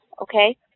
okay